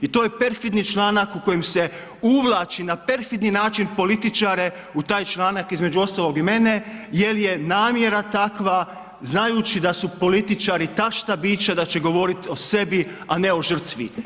I to je perfidni članak u kojem se uvlaći na perfidni način političare u taj članak između ostalog i mene jer je namjera takva znajući da su političari tašta bića, da će govoriti o sebi a ne o žrtvi.